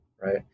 right